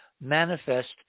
manifest